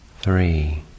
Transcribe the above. Three